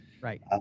Right